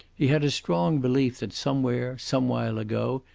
he had a strong belief that somewhere, some while ago,